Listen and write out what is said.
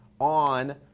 on